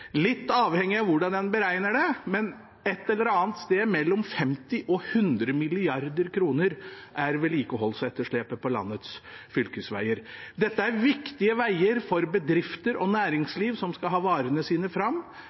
Litt avhengig av hvordan en beregner det, men på et eller annet sted mellom 50 mrd. kr og 100 mrd. kr er vedlikeholdsetterslepet på landets fylkesveier. Dette er viktige veier for bedrifter og næringsliv som skal ha varene sine fram,